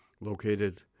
located